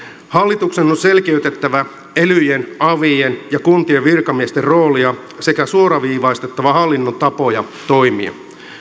hallituksen on selkeytettävä elyjen avien ja kuntien virkamiesten roolia sekä suoraviivaistettava hallinnon tapoja toimia